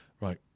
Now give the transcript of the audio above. Right